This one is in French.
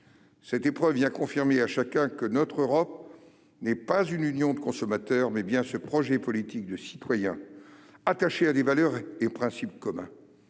Cette épreuve vient confirmer à chacun que notre Europe n'est pas une union de consommateurs, mais bien ce projet politique de citoyens attachés à des valeurs et principes communs.